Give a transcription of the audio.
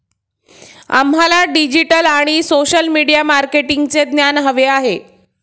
आम्हाला डिजिटल आणि social media मार्केटिंगचे ज्ञान हवे आहे